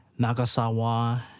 Nagasawa